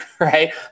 right